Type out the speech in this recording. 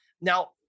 now